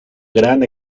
gran